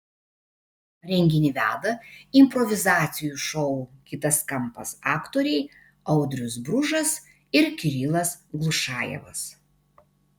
renginį veda improvizacijų šou kitas kampas aktoriai audrius bružas ir kirilas glušajevas